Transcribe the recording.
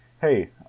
Hey